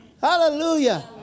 Hallelujah